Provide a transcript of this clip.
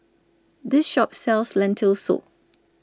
This Shop sells Lentil Soup